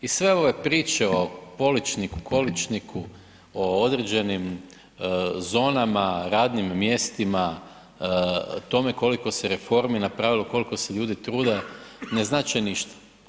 I sve one priče o poličniku, količniku, o određenim zonama, radnim mjestima, tome koliko se reformi napravilo, koliko se ljudi trude, ne znače ništa.